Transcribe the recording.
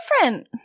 different